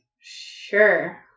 sure